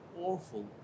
awful